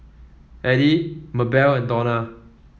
Edie Mabelle and Dona